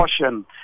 caution